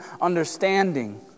understanding